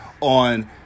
on